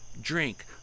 drink